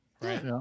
right